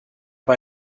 bei